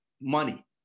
money